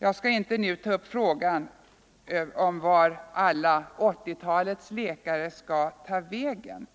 Jag skall inte nu ta upp frågan om var alla 1980-talets läkare skall ta vägen,